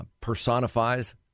personifies